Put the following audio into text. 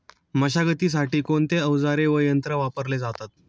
मशागतीसाठी कोणते अवजारे व यंत्र वापरले जातात?